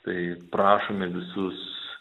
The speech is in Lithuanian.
tai prašome visus